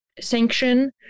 sanction